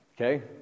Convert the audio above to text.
Okay